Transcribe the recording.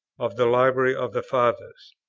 of the library of the fathers.